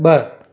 ब॒